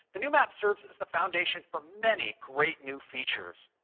the new map serves as the foundation for many great new features.